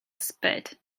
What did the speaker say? spit